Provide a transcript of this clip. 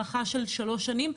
הארכה של שלוש שנים,